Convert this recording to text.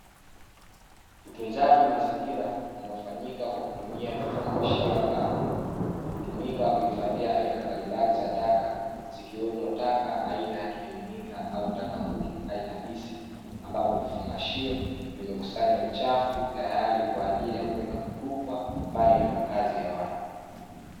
Utunzaji mazingira unaofanyika kwa kutumia vifungashio ambavyo hutumika kuhifadhia aina mbalimbali za taka zikiwemo taka aina ya kimiminika au taka ngumu aina ya bisi, ambavyo vifungashio vimekusanya uchafu tayari kwaajili ya kwenda kutupa mbali na makazi ya watu.